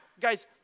guys